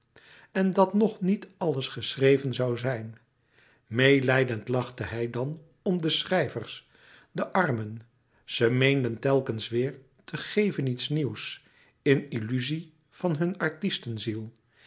en dat nog niet alles geschreven zoû zijn meêlijdend lachte hij dan om de schrijvers de armen ze meenden telkens weêr te geven iets nieuws in illuzie van hun artistenziel